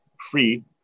free